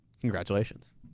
Congratulations